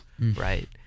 right